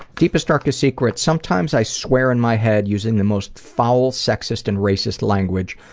deepest darkest secret, sometimes i swear on my head using the most foul sexist and racist language.